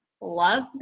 love